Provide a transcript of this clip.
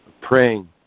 praying